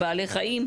בעלי חיים,